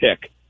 pick